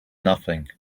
nothing